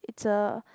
it's a